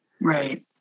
Right